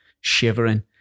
shivering